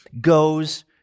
goes